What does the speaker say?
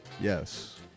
Yes